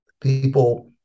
people